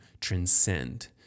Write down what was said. transcend